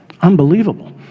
Unbelievable